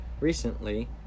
Recently